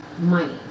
money